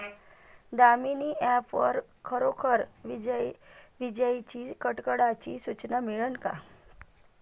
Damini app वर खरोखर विजाइच्या कडकडाटाची सूचना मिळन का?